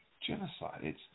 genocide